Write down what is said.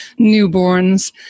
newborns